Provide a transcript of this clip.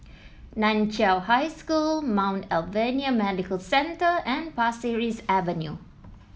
Nan Chiau High School Mount Alvernia Medical Centre and Pasir Ris Avenue